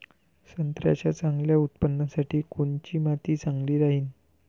संत्र्याच्या चांगल्या उत्पन्नासाठी कोनची माती चांगली राहिनं?